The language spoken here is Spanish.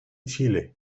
chile